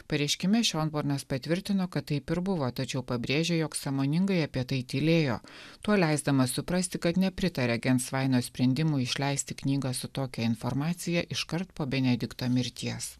pareiškime šiombornas patvirtino kad taip ir buvo tačiau pabrėžia jog sąmoningai apie tai tylėjo tuo leisdamas suprasti kad nepritaria gensvainio sprendimui išleisti knygą su tokia informacija iškart po benedikto mirties